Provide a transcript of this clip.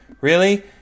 Really